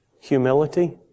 Humility